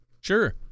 Sure